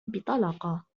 بطلاقة